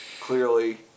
clearly